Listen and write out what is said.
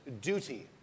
duty